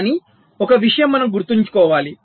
కానీ ఒక విషయం మనం గుర్తుంచుకోవాలి